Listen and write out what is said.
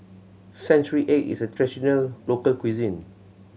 century egg is a traditional local cuisine